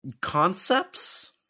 concepts